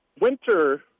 winter